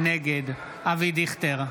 נגד אבי דיכטר,